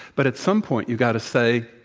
but at some point, you got to say?